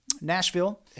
Nashville